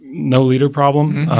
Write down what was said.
no leader problem.